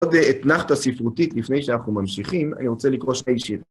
עוד אתנחתא ספרותית, לפני שאנחנו ממשיכים, אני רוצה לקרוא שני שירים.